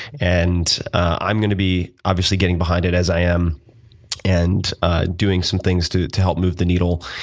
and i'm going to be, obviously, getting behind it as i am and doing some things to to help move the needle.